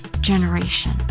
generation